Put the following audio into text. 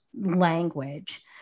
language